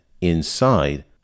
inside